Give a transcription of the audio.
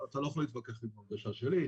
אתה לא יכול להתווכח עם ההרגשה שלי,